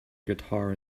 guitar